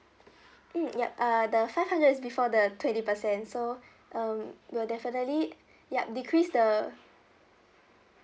mm ya err the five hundred is before the twenty percent so um we'll definitely ya decrease the